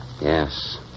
Yes